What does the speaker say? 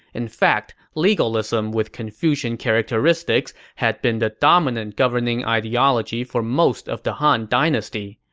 in fact, legalism with confucian characteristics had been the dominant governing ideology for most of the han dynasty.